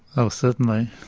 oh, certainly.